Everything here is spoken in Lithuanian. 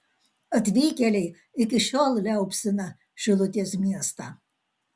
atvykėliai iki šiol liaupsina šilutės miestą